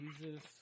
Jesus